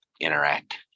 interact